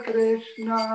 Krishna